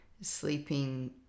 sleeping